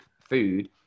food